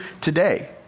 today